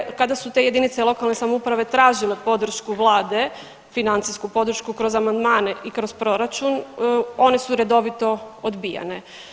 Kada je, kada su te jedinice lokalne samouprave tražile podršku Vlade, financijsku podršku kroz amandmane i kroz proračun, one su redovito odbijane.